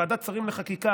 ועדת שרים לחקיקה,